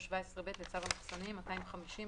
או 17(ב)250,